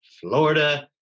Florida